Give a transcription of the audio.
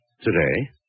today